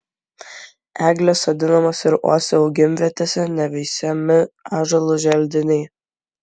eglės sodinamos ir uosių augimvietėse neveisiami ąžuolų želdiniai